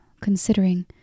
considering